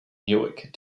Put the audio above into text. newark